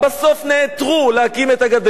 בסוף נעתרו להקים את הגדר.